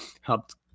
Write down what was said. helped